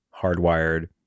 Hardwired